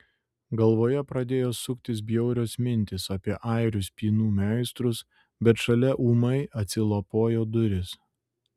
galvoje pradėjo suktis bjaurios mintys apie airių spynų meistrus bet šalia ūmai atsilapojo durys